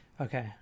Okay